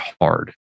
hard